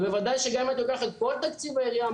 ובוודאי שגם אם הייתי לוקח את כל תקציב העירייה,